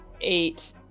eight